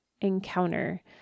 encounter